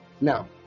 Now